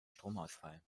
stromausfall